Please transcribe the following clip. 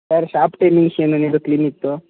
sir shop timings ಏನು ನಿಮ್ಮದು ಕ್ಲೀನಿಕ್ದು